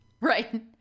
right